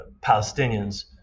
Palestinians